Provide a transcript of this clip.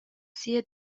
sia